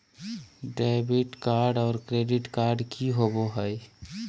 Debit card और credit card की होवे हय?